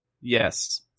Yes